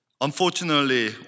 Unfortunately